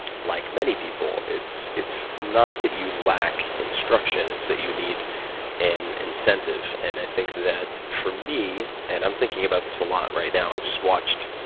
like many people, it's it's not that you lack instruction. it's that you need an incentive. and i think that for me, and i'm thinking about this a lot right now. i just watched,